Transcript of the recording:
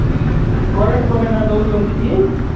current ଫରେଣ୍ଟ୍ ଦେଉଛନ୍ତି କି